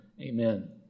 Amen